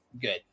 good